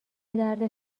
درد